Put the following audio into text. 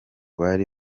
bari